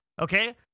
Okay